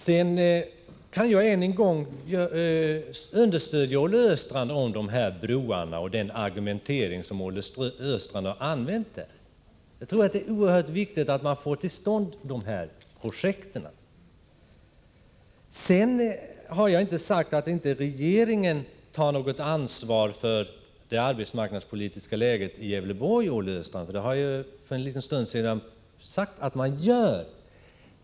Sedan kan jag än en gång understödja Olle Östrand när det gäller dessa broar och den argumentering som han använder. Jag tror att det är oerhört viktigt att man får till stånd dessa projekt. Jag har inte sagt att regeringen inte tar något ansvar för det arbetsmarknadspolitiska läget i Gävleborg, Olle Östrand. För en liten stund sedan sade jag att man gör det.